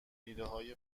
ایدههای